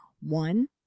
One